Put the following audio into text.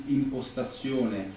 impostazione